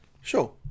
Sure